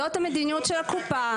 זאת המדיניות של הקופה.